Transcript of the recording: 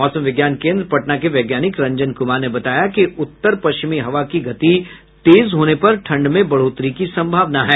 मौसम विज्ञान केन्द्र पटना के वैज्ञानिक रंजन कुमार ने बताया कि उत्तर पश्चिमी हवा की गति तेज होने पर ठंड में बढ़ोतरी की सम्भावना है